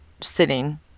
sitting